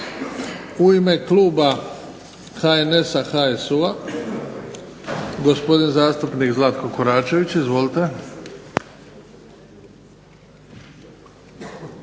U ime kluba HNS-a, HSU-a gospodin zastupnik Zlatko Koračević. Izvolite.